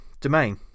domain